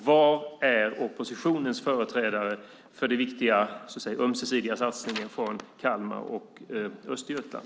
Var är oppositionens företrädare för den viktiga ömsesidiga satsningen från Kalmar och Östergötland?